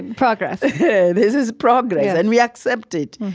progress this is progress. and we accept it.